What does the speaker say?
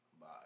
Bye